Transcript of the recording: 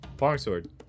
Longsword